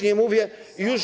Nie mówię już.